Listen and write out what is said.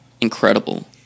incredible